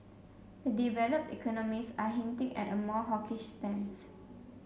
the developed economies are hinting at a more hawkish stance